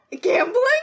Gambling